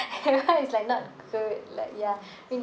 M one is like not good like ya